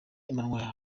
emmanuel